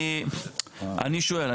אני שואל,